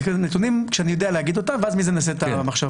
נתונים שאני יודע להגיד אותם ואז מזה נעשה את המחשבה.